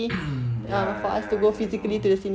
ya ya ya I know